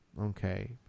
okay